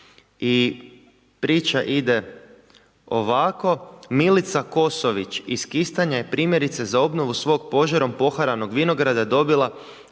I priče ide ovako, Milica Kosović iz Kistanja je primjerice za obnovu svog požarom poharanog vinograda dobila